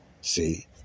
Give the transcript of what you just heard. See